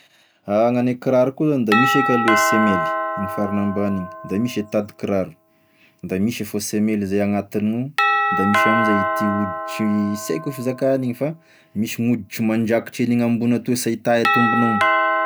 Ah gnane kiraro koa, da misy eka aloha e semely, iny farany ambany iny, da misy e tadikiraro, da misy e faux semely zay agnatiny o, de misy amzay ity hoditry, sy aiko e fizaka an'igny, fa misy gn'hoditry mandrakotry an'igny ambogny atoy sy ahita e tombognao.